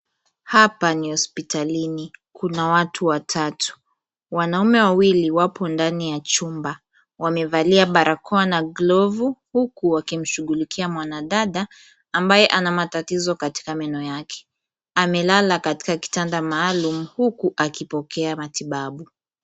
Hapa ni hospitalini. Kuna watu watatu. Wanaume wawili, wapo ndani ya chumba. Wamevalia barakoa na glovu, huku wakimshughulikia mwanadada ambaye ana matatizo katika meno yake. Amelala katika kitanda maalum, huku akipokea matibabu.